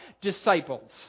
Disciples